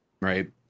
right